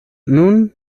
nun